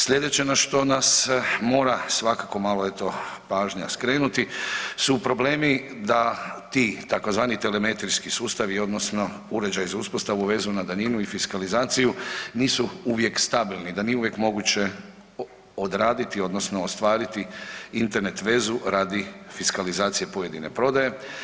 Slijedeće na što nas mora svakako malo eto pažnja skrenuti su problemi da ti tzv. telemetrijski sustavi odnosno uređaji za uspostavu, vezu na daljinu i fiskalizaciju nisu uvijek stabilni da nije uvijek moguće odraditi odnosno ostvariti Internet vezu radi fiskalizacije pojedine prodaje.